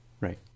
right